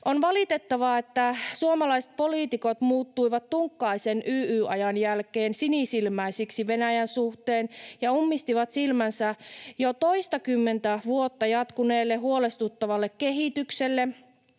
On valitettavaa, että suomalaispoliitikot muuttuivat tunkkaisen YYA-ajan jälkeen sinisilmäisiksi Venäjän suhteen ja ummistivat silmänsä jo toistakymmentä vuotta jatkuneelle huolestuttavalle kehitykselle,